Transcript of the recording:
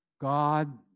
God